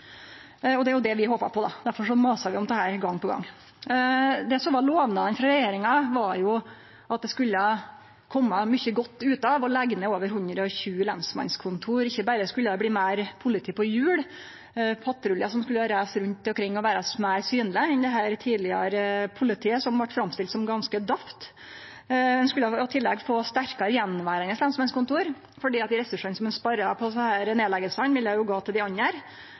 Det er jo det vi håpar på, derfor masar vi om dette gong på gong. Det som var lovnaden frå regjeringa, var at det skulle kome mykje godt ut av å leggje ned over 120 lensmannskontor. Ikkje berre skulle det bli meir politi på hjul, patruljar som skulle reise rundt omkring og vere meir synlege enn det tidlegare politiet, som vart framstilt som ganske daft, ein skulle i tillegg få sterkare attverande lensmannskontor fordi dei ressursane som ein spara på desse nedleggingane, ville gå til dei andre, både til dei